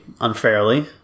unfairly